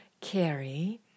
carry